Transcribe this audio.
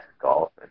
golf